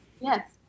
Yes